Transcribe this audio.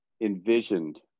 envisioned